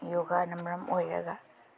ꯌꯣꯒꯥꯅ ꯃꯔꯝ ꯑꯣꯏꯔꯒ